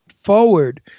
forward